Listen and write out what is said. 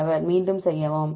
மாணவர் மீண்டும் செய்யவும்